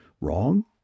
Wrong